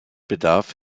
bedarf